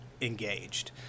engaged